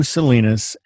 Salinas